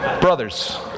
Brothers